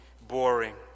boring